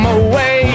away